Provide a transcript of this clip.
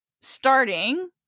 starting